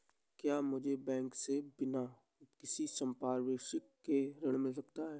क्या मुझे बैंक से बिना किसी संपार्श्विक के ऋण मिल सकता है?